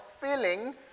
filling